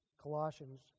Colossians